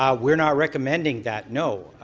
um we're not recommending that, no.